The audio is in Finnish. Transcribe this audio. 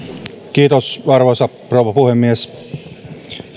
arvoisa rouva puhemies